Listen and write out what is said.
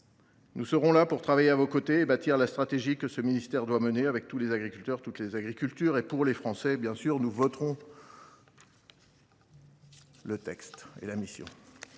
Nous serons là pour travailler à vos côtés et bâtir la stratégie que ce ministère doit mener, avec tous les agriculteurs, toutes les agricultures, et pour les Français. Nous voterons les crédits de cette mission.